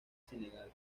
senegal